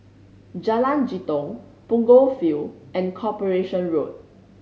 Jalan Jitong Punggol Field and Corporation Road